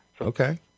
Okay